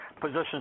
position